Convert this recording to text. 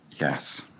Yes